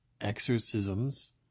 exorcisms